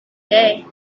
day